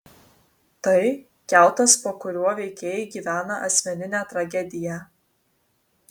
tai kiautas po kuriuo veikėjai gyvena asmeninę tragediją